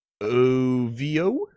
OVO